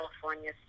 California